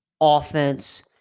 offense